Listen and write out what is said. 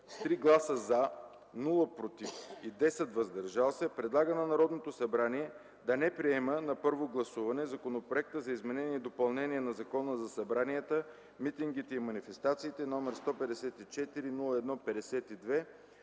с 3 гласа „за”, без „против” и 10 гласа „въздържали се ” предлага на Народното събрание да не приема на първо гласуване Законопроекта за изменение и допълнение на Закона за събранията, митингите и манифестациите, №154-01-52,